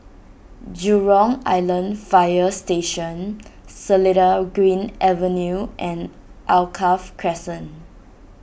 Jurong Island Fire Station Seletar Green Avenue and Alkaff Crescent